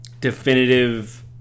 definitive